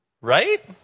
right